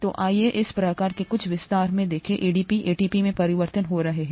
तो आइए इस प्रक्रिया को कुछ विस्तार से देखें ADP ATP में परिवर्तित हो रहा है